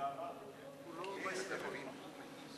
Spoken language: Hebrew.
אדוני היושב-ראש,